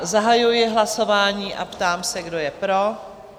Zahajuji hlasování a ptám se, kdo je pro?